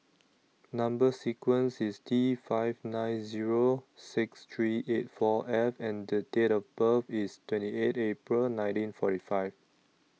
Number sequence IS T five nine Zero six three eight four F and The Date of birth IS twenty eight April nineteen forty five